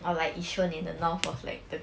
or like yishun in the north was like the